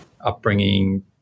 upbringing